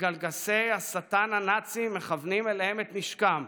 כשקלגסי השטן הנאצי מכוונים אליהם את נשקם,